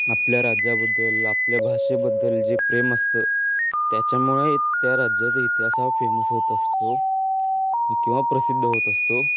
आपल्या राज्याबद्दल आपल्या भाषेबद्दल जे प्रेम असतं त्याच्यामुळे त्या राज्याचा इतिहास हा फेमस होत असतो किंवा प्रसिद्ध होत असतो